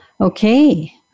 Okay